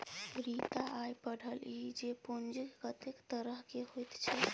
रीता आय पढ़लीह जे पूंजीक कतेक तरहकेँ होइत छै